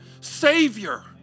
Savior